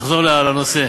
נחזור לנושא,